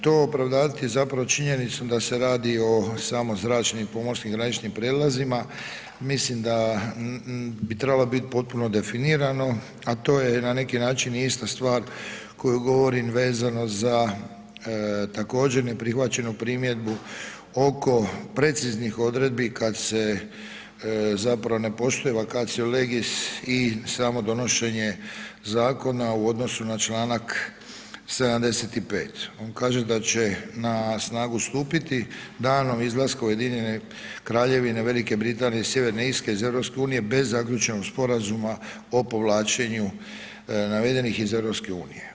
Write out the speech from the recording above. To opravdavati zapravo činjenicom da se radi o samo zračnim i pomorskim graničnim prijelazima, mislim da bi trebalo biti potpuno definirano, a to je na neki način i ista stvar koju govorim vezano za također neprihvaćenu primjedbu oko preciznih odredbi kad se zapravo ne poštiva …/nerazumljivo/… legis i samo donošenje zakona u odnosu na Članak 75., on kaže da će na snagu stupiti danom izlaska Ujedinjene Kraljevine Velike Britanije i Sjeverne Irske iz EU bez zaključenog sporazuma o povlačenju navedenih iz EU.